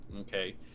Okay